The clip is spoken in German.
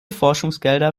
forschungsgelder